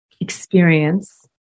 experience